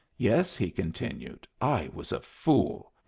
yes, he continued, i was a fool.